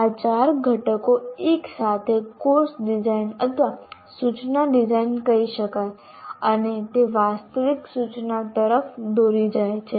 આ ચાર ઘટકો એકસાથે કોર્સ ડિઝાઇન અથવા સૂચના ડિઝાઇન કહી શકાય અને તે વાસ્તવિક સૂચના તરફ દોરી જાય છે